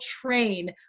train